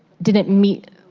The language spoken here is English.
didn't meet,